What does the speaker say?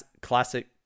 classic